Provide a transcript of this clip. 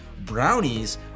brownies